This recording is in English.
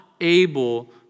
able